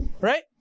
right